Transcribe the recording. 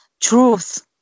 truth